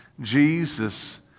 Jesus